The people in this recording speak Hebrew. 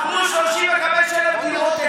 מכרו 35,000 דירות.